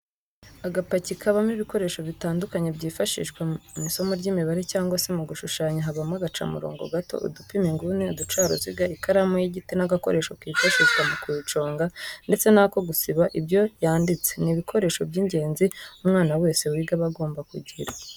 Agapaki kabamo ibikoresho bitandukanye byifashishwa mU isomo ry'imibare cyangwa se mu gushushanya habamo agacamurongo gato, udupima inguni, uducaruziga ,ikaramu y'igiti n'agakoresho kifashishwa mu kuyiconga ndetse n'ako gusiba ibyo yanditse, ni ibikoresho by'ingenzi umwana wese wiga aba agomba kugira.